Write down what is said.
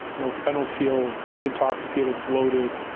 you know i don't feel intoxicated, bloated,